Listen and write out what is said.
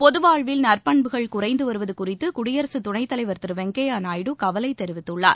பொதுவாழ்வில் நற்பண்புகள் குறைந்துவருவது குறித்து குடியரசு துணைத்தலைவா் திரு வெங்கய்யா நாயுடு கவலை தெரிவித்துள்ளார்